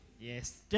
Yes